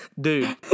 Dude